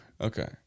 Okay